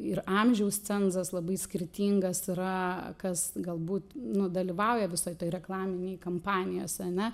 ir amžiaus cenzas labai skirtingas yra kas galbūt nu dalyvauja visoj toj reklaminėj kampanijose ane